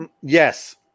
yes